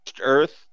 earth